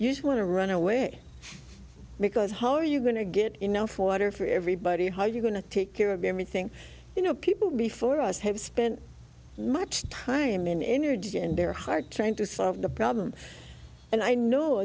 that use want to run away because how are you going to get enough water for everybody how are you going to take care of everything you know people before us have spent much time in energy and they're hard trying to solve the problem and i know